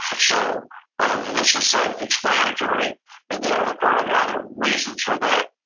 so this is self-explanatory and there are a lot of reasons for that.